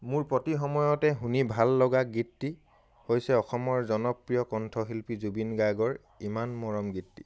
মোৰ প্ৰতি সময়তে শুনি ভাল লগা গীতটি হৈছে অসমৰ জনপ্ৰিয় কণ্ঠশিল্পী জুবিন গাৰ্গৰ ইমান মৰম গীতটি